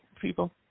people